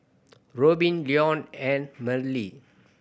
Robbin Leone and Marley